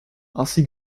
ainsi